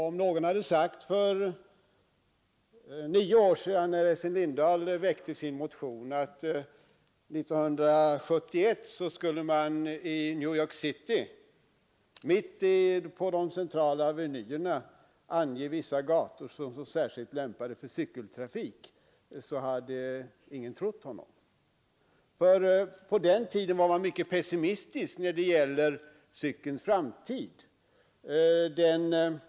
Om någon hade sagt för nio år sedan, när Essen Lindahl väckte sin motion, att man 1971 i New York City skulle ange vissa centrala avenyer såsom särskilt lämpade för cykeltrafik, så hade ingen trott honom, för på den tiden var man pessimistisk beträffande cykelns framtid.